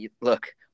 look